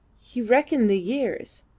he reckoned the years.